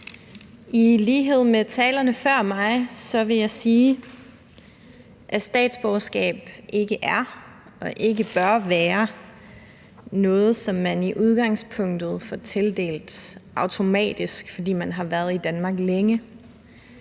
I lighed med talerne før mig vil jeg sige, at statsborgerskab ikke er og ikke bør være noget, som man i udgangspunktet får tildelt automatisk, fordi man har været i Danmark længe.